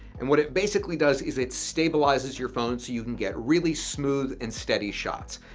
and what it basically does is it stabilizes your phone so you can get really smooth and steady shots.